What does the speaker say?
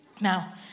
Now